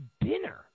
dinner